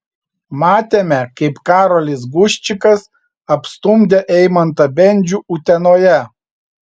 matėme kaip karolis guščikas apstumdė eimantą bendžių utenoje